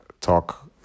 talk